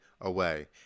away